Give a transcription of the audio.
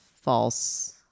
false